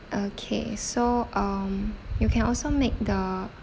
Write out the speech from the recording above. okay so um you can also make the